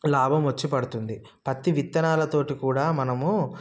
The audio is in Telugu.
లాభం వచ్చి పడుతుంది పత్తి విత్తనాలతోటి కూడా మనము